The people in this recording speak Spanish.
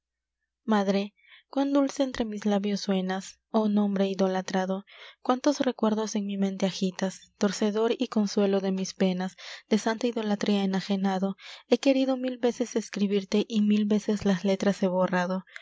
madre cuán dulce entre mis labios suenas oh nombre idolatrado cuántos recuerdos en mi mente agitas torcedor y consuelo de mis penas de santa idolatría enajenado he querido mil veces escribirte y mil veces las letras he borrado